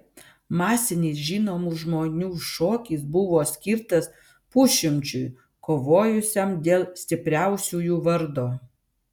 masinis žinomų žmonių šokis buvo skirtas pusšimčiui kovojusiam dėl stipriausiųjų vardo